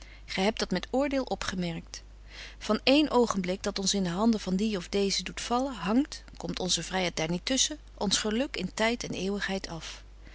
gy hebt dat met oordeel opgemerkt van één oogenblik dat ons in de handen van die of deeze doet vallen hangt komt onze vryheid daar niet tusschen ons geluk in tyd en eeuwigheid af